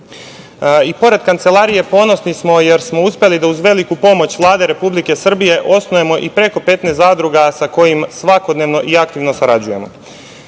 10%.Pored Kancelarije, ponosni smo jer smo uspeli da uz veliku pomoć Vlade Republike Srbije osnujemo i preko 15 zadruga sa kojima svakodnevno i aktivno sarađujemo. Opština